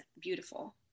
beautiful